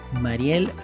Mariel